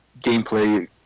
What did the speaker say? gameplay